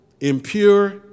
impure